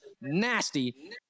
Nasty